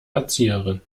erzieherin